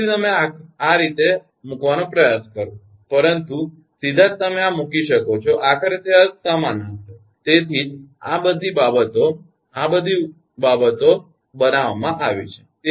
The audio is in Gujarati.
ફરીથી તમે આ રીતે મૂકવાનો પ્રયાસ કરો પરંતુ સીધા જ તમે આ મૂકી શકો છો આખરે તે સમાન હશે તેથી જ આ બધી વસ્તુઓ બનાવવામાં આવી છે